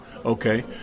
Okay